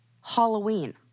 Halloween